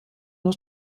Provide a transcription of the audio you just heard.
nur